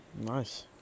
Nice